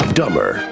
dumber